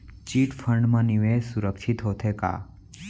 Chit fund मा निवेश सुरक्षित होथे का?